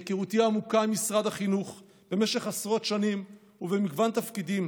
מהיכרותי העמוקה עם משרד החינוך במשך עשרות שנים ובמגוון תפקידים